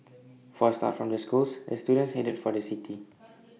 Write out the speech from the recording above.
forced out from the schools the students headed for the city